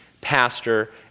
pastor